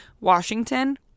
Washington